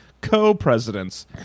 co-presidents